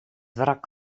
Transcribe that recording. wrak